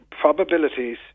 probabilities